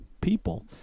people